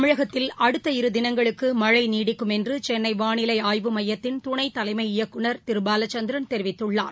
தமிழகத்தில் அடுத்த இரு தினங்களுக்கு மழை நீடிக்கும் என்று சென்னை வானிலை ஆய்வு மையத்தின் துணைத்தலைமை இயக்குநர் திரு பாலச்சந்திரன் தெரிவித்துள்ளார்